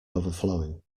overflowing